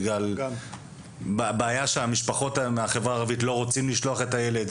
בגלל בעיה שהמשפחות האלה מהחברה הערבית לא רוצים לשלוח את הילד,